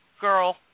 girl